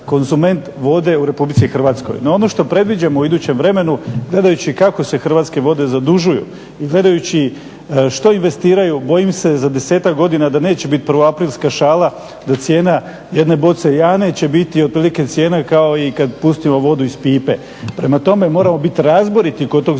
konzument vode u Republici Hrvatskoj. No, ono što predviđamo u idućem vremenu gledajući kako se Hrvatske vode zadužuju i gledajući što investiraju bojim se za desetak godina da neće biti prvoaprilska šala, da cijena jedne boce Jane će biti otprilike cijena kao i kad pustimo vodu iz pipe. Prema tome, moram biti razboriti kod tog